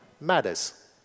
matters